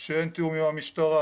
שאין תיאום עם המשטרה,